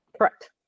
Correct